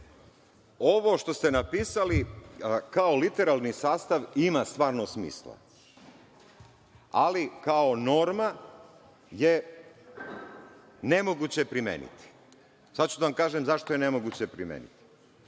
Ovo što ste napisali kao literalni sastav ima stvarno smisla, ali kao norma je nemoguće primeniti. Sada ću da vam kažem zašto je nemoguće primeniti. Ako